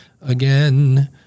again